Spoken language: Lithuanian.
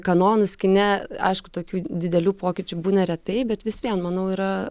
kanonus kine aišku tokių didelių pokyčių būna retai bet vis vien manau yra